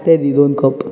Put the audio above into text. ते दी दोन कप